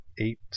eight